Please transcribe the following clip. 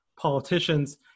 politicians